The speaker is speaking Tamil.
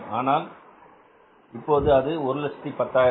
ஆனால் இப்போது அது 110000